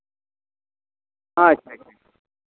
ᱟᱪᱪᱷᱟ ᱟᱪᱪᱷᱟ